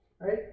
Right